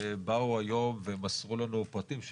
שבאו היום ומסרו לנו פרטים,